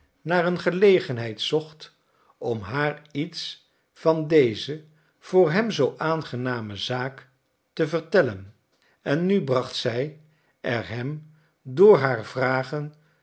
naar een gelegenheid zocht om haar iets van deze voor hem zoo aangename zaak te vertellen en nu bracht zij er hem door haar vragen